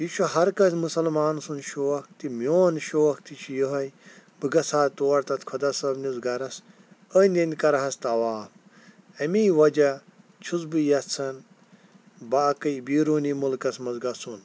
یہِ چھُ ہَر کٲنٛسہِ مُسَلمان سُنٛد شوق تہِ میون شوق تہِ چھِ یِہٕے بہٕ گژھٕ ہا تور تَتھ خۄدا صٲبنِس گَرَس أنٛدۍ أنٛدۍ کَرٕہَس طواف اَمی وجہ چھُس بہٕ یَژھان باقٕے بیروٗنی مُلکَس منٛز گژھُن